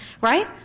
right